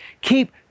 Keep